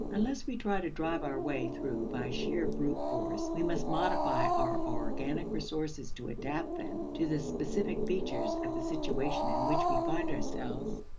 unless we try to drive our way through by sheer brute force, we must modify our organic resources to adapt them to the specific features of the situation in which we find ourselves.